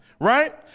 right